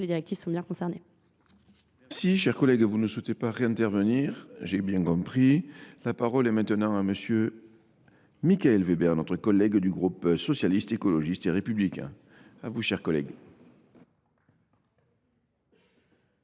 les directives sont bien concernées. Si, chers collègues, vous ne souhaitez pas réintervenir, j'ai bien compris. La parole est maintenant à monsieur... donnant à M. Michael Weber, notre collègue du groupe socialiste, écologiste et républicain. A vous, chers collègues.